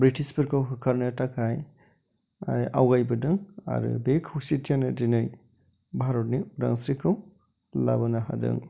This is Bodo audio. ब्रिटिसफोरखौ होखारनो थाखाय आवगायबोदों आरो बे खौसेथियानो दिनै भारतनि उदांस्रिखौ लाबोनो हादों